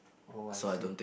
oh I see